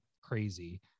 crazy